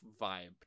vibe